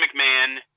McMahon